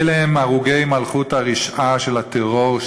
אלה הם הרוגי מלכות הרשעה של הטרור,